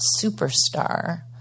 superstar